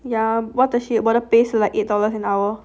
ya what the shit 我的 pay is like eight dollars an hour